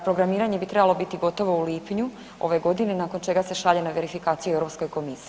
Programiranje bi trebalo biti gotovo u lipnju ove godine nakon čega se šalje na verifikaciju EU komisiji.